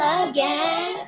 again